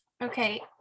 Okay